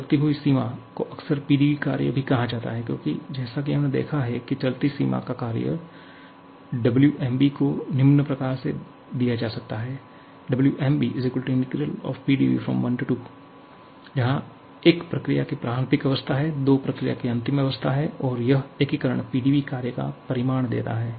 चलती हुई सीमा को अक्सर PdV कार्य भी कहा जाता है क्योंकि जैसा कि हमने देखा है कि चलती सीमा का कार्य Wmbको निम्न प्रकार से दिया जा सकता है 𝑊mb12 𝑃𝑑𝑉 जहाँ 1 प्रक्रिया की प्रारंभिक अवस्था है 2 प्रक्रिया की अंतिम स्थिति है और यह एकीकरण PdV कार्य का परिमाण देता है